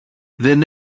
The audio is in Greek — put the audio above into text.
δεν